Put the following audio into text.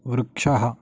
वृक्षः